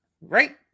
right